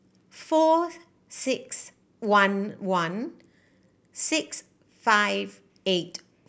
four six one one six five eight